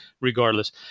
regardless